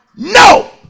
No